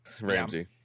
Ramsey